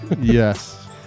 yes